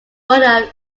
born